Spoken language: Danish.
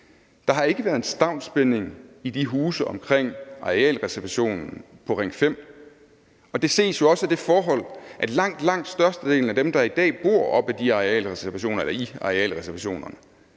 Der har ikke været en stavnsbinding af de huse omkring arealreservationen på Ring 5. Det ses også af det forhold, at langt, langt størstedelen af dem, der i dag bor op ad de arealreservationer